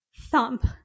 thump